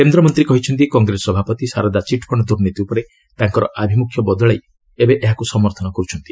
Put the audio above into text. କେନ୍ଦ୍ରମନ୍ତ୍ରୀ କହିଛନ୍ତି କଗେସ ସଭାପତି ସାରଦା ଚିଟ୍ଫଣ୍ଡ ଦୁର୍ନୀତି ଉପରେ ତାଙ୍କର ଆଭିମୁଖ୍ୟ ବଦଳାଇ ଏବେ ଏହାକୁ ସମର୍ଥନ କରୁଛନ୍ତି